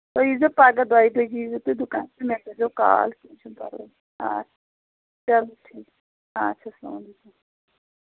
تُہۍ ییٖزیو پگاہ دۄیہِ دۄہہِ ییٖزیو تُہۍ دُکانَس پٮ۪ٹھ مےٚ کٔرۍزیو کال کیٚنٛہہ چھُنہٕ پرواے آ چلو ٹھیٖک چھُ اچھا اَلسلامُ علیکُم